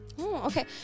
Okay